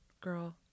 girl